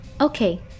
okay